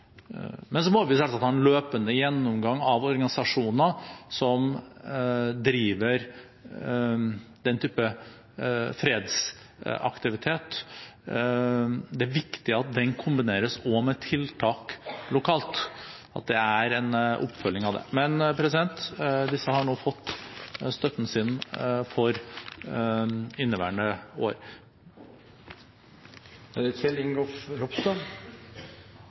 Vi må selvsagt ha en løpende gjennomgang av organisasjoner som driver den type fredsaktivitet. Det er viktig at den også kombineres med tiltak lokalt, at det er en oppfølging av det. Disse har nå fått støtten for inneværende år. Det var ikke mulig å ta replikk, så jeg vil bare takke statsråden for det